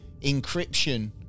encryption